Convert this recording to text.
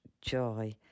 joy